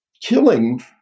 killing